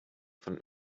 von